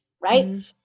right